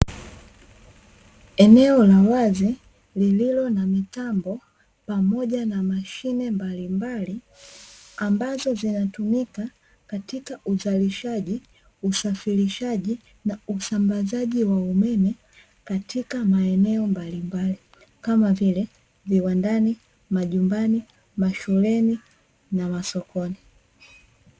Eneo la wazi lililo na mitambo pamoja na mashine mbalimbali ambazo zinatumika katika uzalishaji, usafirishaji na usambazaji wa umeme katika maeneo mbalimbali kama vile viwandani, majumbani, mashuleni na masokoni.